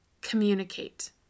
Communicate